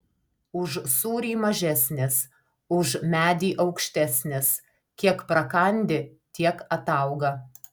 už sūrį mažesnis už medį aukštesnis kiek prakandi tiek atauga